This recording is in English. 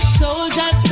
soldiers